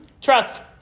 trust